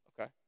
Okay